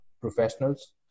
professionals